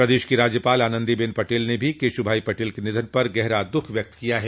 प्रदेश की राज्यपाल आनन्दीबेन पटेल ने भी केशुभाई पटेल के निधन पर गहरा दुःख व्यक्त किया है